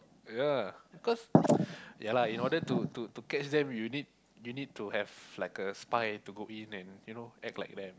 ya because ya lah in order to to catch them you need you need to have like a spy to go in and you know act like them